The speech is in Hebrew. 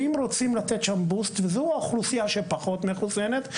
אם רוצים לתת שם בוסט וזו האוכלוסייה שפחות מחוסנת,